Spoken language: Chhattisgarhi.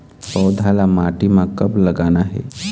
पौधा ला माटी म कब लगाना हे?